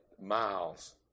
miles